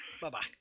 Bye-bye